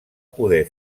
poder